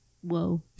Whoa